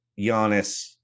Giannis